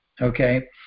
Okay